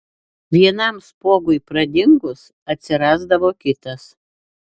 vienam spuogui pradingus atsirasdavo kitas